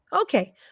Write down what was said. Okay